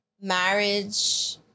marriage